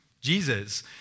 Jesus